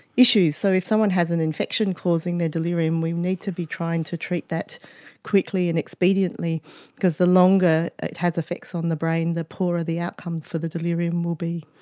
issues. so if someone has an infection causing their delirium, we need to be trying to treat that quickly and expediently because the longer it has effects on the brain, the poorer the outcomes the delirium will be.